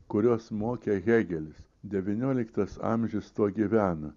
kurios mokė hėgelis devynioliktas amžius tuo gyvena